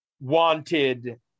wanted